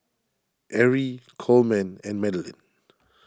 Erie Coleman and Madalynn